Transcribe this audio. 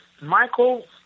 Michael